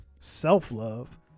self-love